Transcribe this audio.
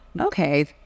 okay